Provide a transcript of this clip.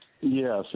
Yes